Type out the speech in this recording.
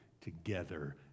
together